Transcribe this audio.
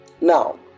now